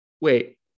Wait